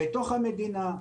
בתוך המדינה,